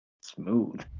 Smooth